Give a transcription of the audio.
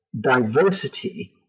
diversity